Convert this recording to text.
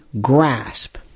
grasp